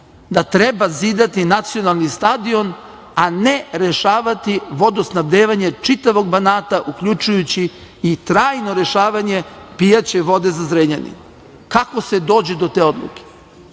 da treba zidati nacionalni stadion a ne rešavati vodosnabdevanje čitavog Banata, uključujući i trajno rešavanje pijaće vode za Zrenjanin? Kako se dođe do te odluke?